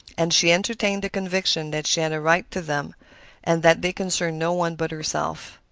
and she entertained the conviction that she had a right to them and that they concerned no one but herself.